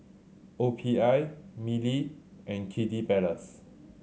O P I Mili and Kiddy Palace